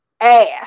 ass